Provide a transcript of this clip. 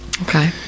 Okay